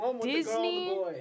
Disney